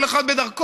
כל אחד בדרכו.